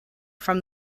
from